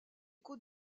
côtes